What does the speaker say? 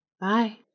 Bye